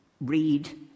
read